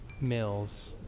Mills